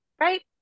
right